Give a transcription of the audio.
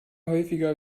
häufiger